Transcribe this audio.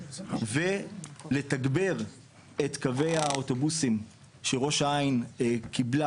ולתגבר את קווי האוטובוסים שראש העין קיבלה